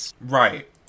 right